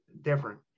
different